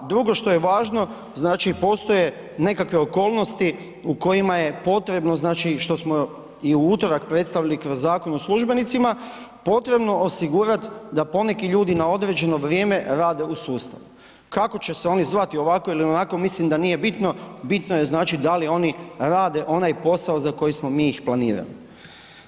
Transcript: A drugo što je važno, znači, postoje nekakve okolnosti u kojima je potrebno, znači, što smo i u utorak predstavili kroz Zakon o službenicima, potrebno osigurat da poneki ljudi na određeno vrijeme rade u sustavu, kako će se oni zvat ili ovako ili onako, mislim da nije bitno, bitno je, znači, da li oni rade onaj posao za koji smo mi ih planirali.